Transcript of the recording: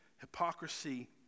Hypocrisy